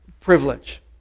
privilege